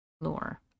lore